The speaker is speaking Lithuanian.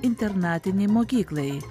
internatinei mokyklai